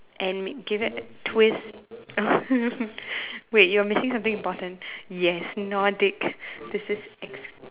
and give it a twist wait you're missing something important yes Nordic this is ex~